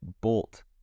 bolt